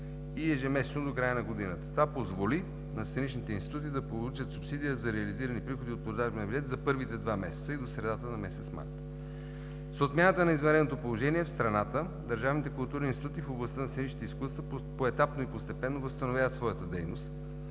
и ежемесечно до края на годината. Това позволи на сценичните институти да получат субсидия за реализирани приходи от продадени билети за първите два месеца и до средата на месец март. С отмяната на извънредното положение в страната държавните културни институти в областта на сценичните изкуства поетапно и постепенно възстановяват своята дейност